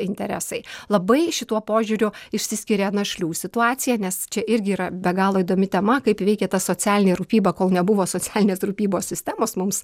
interesai labai šituo požiūriu išsiskiria našlių situacija nes čia irgi yra be galo įdomi tema kaip veikia ta socialinė rūpyba kol nebuvo socialinės rūpybos sistemos mums